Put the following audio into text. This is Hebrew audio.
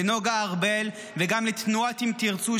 לנגה ארבל וגם לתנועת אם תרצו,